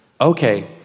Okay